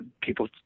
people